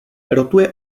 rotuje